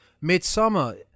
Midsummer